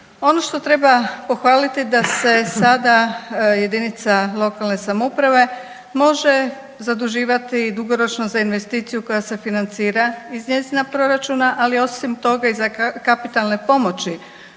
Ono što treba pohvaliti, da se sada jedinice lokalne samouprave može zaduživati dugoročno za investiciju koja se financira iz njezina proračuna, ali osim toga, i za kapitalne pomoći